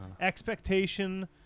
expectation